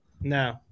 no